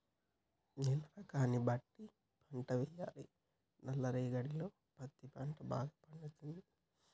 నేల రకాన్ని బట్టి పంట వేయాలి నల్ల రేగడిలో పత్తి పంట భాగ పండుతది